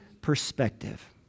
perspective